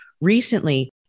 recently